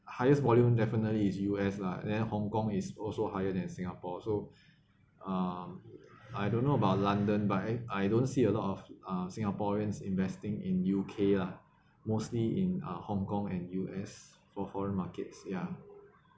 highest volume definitely is U_S lah then hong kong is also higher than singapore so um I don't know about london but eh I don't see a lot of uh singaporeans investing in U_K lah mostly in uh hong kong and U_S for foreign markets ya